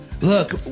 Look